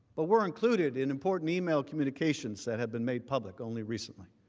but were included in important email communications that have been made public only recently.